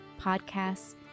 podcasts